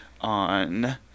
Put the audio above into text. on